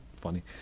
funny